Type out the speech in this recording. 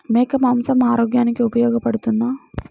మేక మాంసం ఆరోగ్యానికి ఉపయోగపడుతుందా?